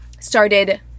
started